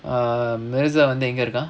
err mirza வந்து எங்க இருக்கான்:vandhu enga irukkaan